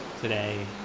today